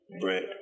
bread